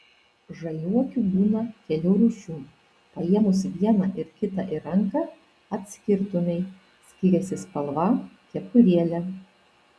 žaliuokių būna kelių rūšių paėmus vieną ir kitą į ranką atskirtumei skiriasi spalva kepurėlė